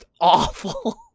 awful